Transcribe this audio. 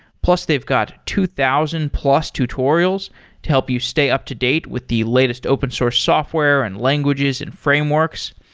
plus they've got two thousand plus tutorials to help you stay up-to-date with the latest open source software and languages and frameworks.